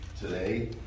Today